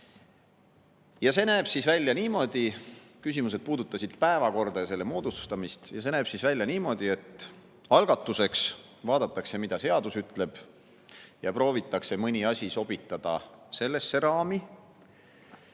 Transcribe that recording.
põhimõtted Riigikogu töös. Küsimused puudutasid päevakorda ja selle moodustamist, ja see näeb siis välja niimoodi, et algatuseks vaadatakse, mida seadus ütleb, ja proovitakse mõni asi sobitada sellesse raami.